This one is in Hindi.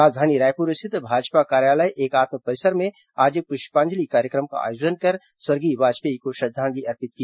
राजधानी रायपुर स्थित भाजपा कार्यालय एकात्म परिसर में आज पुष्पांजलि कार्यक्रम का आयोजन कर स्वर्गीय वाजपेयी को श्रद्वांजलि अर्पित की